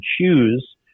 choose